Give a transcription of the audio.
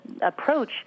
approach